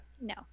no